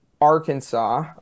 arkansas